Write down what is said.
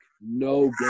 no